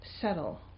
settle